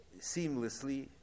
seamlessly